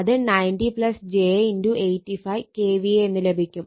അത് 90 j 85 KVA എന്ന് ലഭിക്കും